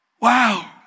Wow